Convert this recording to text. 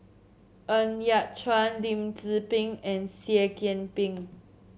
Ng Yat Chuan Lim Tze Peng and Seah Kian Peng